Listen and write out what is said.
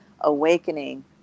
awakening